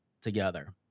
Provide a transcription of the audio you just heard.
together